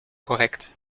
correct